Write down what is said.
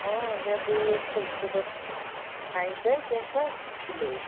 مےٚ بوٗز سُہ صُبَس نَیہِ بَجہِ یِمہٕ بہٕ سُلے